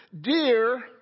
dear